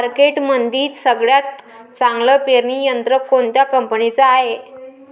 मार्केटमंदी सगळ्यात चांगलं पेरणी यंत्र कोनत्या कंपनीचं हाये?